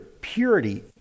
purity